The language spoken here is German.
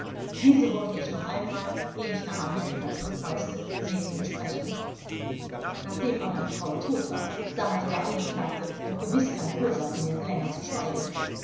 diese wollte ich noch einmal ehe ich nach amerika zurückreiste sehen und sprechen nachdem aber die frau tot war da hatte der angeklagte geklagte doch gewiß keine ursache mehr länger zu schweigen